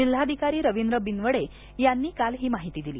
जिल्हाधिकारी रवींद्र बिनवडे यांनी काल ही माहिती दिली